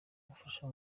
ubufasha